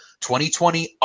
2020